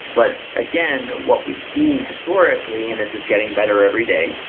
but, again, what we've seen historically, and this is getting better every day,